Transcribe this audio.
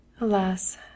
Alas